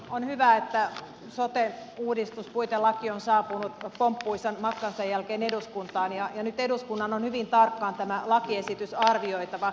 on hyvä että sote uudistuspuitelaki on saapunut pomppuisan matkansa jälkeen eduskuntaan ja nyt eduskunnan on hyvin tarkkaan tämä lakiesitys arvioitava